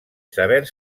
saber